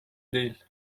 değil